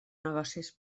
negocis